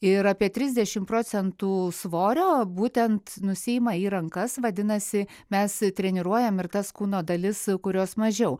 ir apie trisdešim procentų svorio būtent nusiima į rankas vadinasi mes treniruojam ir tas kūno dalis kurios mažiau